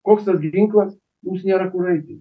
koks tas gi ginklas mums nėra kur eiti